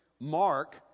Mark